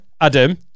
Adam